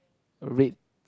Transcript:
red